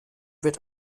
wird